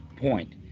point